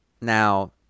Now